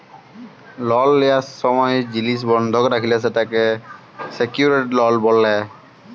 লল লিয়ার সময় জিলিস বন্ধক রাখলে তাকে সেক্যুরেড লল ব্যলে